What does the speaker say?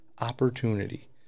Opportunity